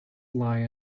lie